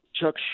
Chuck